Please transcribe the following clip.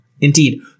Indeed